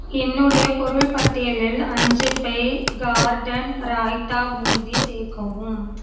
என்னுடைய பொருள் பட்டியலில் அஞ்சு பை கார்டன் ராயிட்டா பூந்தி சேர்க்கவும்